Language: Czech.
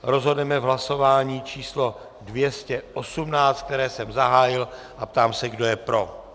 Rozhodneme v hlasování číslo 218, které jsem zahájil, a ptám se, kdo je pro.